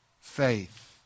Faith